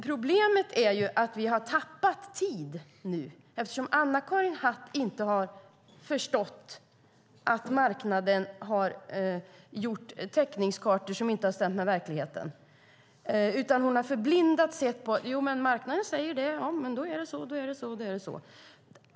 Problemet är att vi har tappat tid eftersom Anna-Karin Hatt inte har förstått att marknaden har gjort täckningskartor som inte har stämt med verkligheten. Hon har i stället förblindad sett till att marknaden säger det, och då är det så.